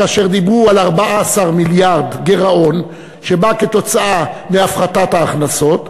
כאשר דיברו על 14 מיליארד גירעון שבא מהפחתת ההכנסות,